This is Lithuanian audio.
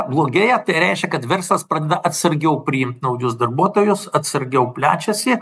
blogėja tai reiškia kad verslas pradeda atsargiau priimt naujus darbuotojus atsargiau plečiasi